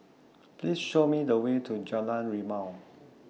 Please Show Me The Way to Jalan Rimau